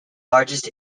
largest